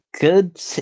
good